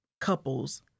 couples